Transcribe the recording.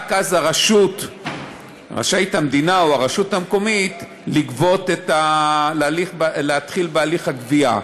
רק אז רשאית המדינה או הרשות המקומית להתחיל בהליך הגבייה.